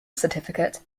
certificate